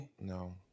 No